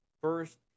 first